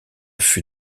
fut